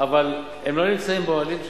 אבל הם לא נמצאים באוהלים שם.